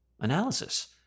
analysis